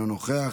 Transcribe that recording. אינו נוכח,